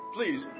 Please